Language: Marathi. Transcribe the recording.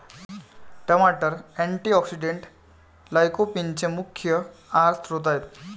टमाटर अँटीऑक्सिडेंट्स लाइकोपीनचे मुख्य आहार स्त्रोत आहेत